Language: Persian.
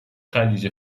خلیج